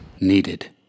needed